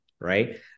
right